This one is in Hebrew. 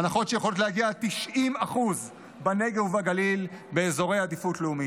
הנחות שיכולות להגיע עד 90% בנגב ובגליל ובאזורי עדיפות לאומית.